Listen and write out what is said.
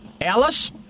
Alice